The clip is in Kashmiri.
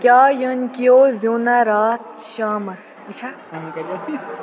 کیٛاہ یَنکیو زوٗنہٕ راتھ شامس یہِ چھا